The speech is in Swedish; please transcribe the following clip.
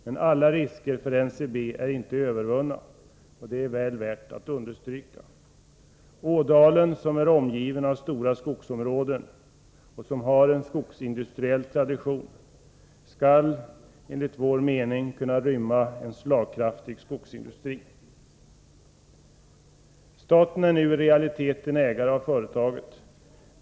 Men alla risker för NCB är inte övervunna, Det är väl värt att understrykas. Ådalen är omgiven av stora skogsområden med en skogsindustriell tradition och skall enligt vår mening kunna rymma en slagkraftig 43 skogsindustri. Staten är nu i realiteten ägare av företaget.